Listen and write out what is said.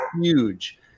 huge